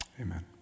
amen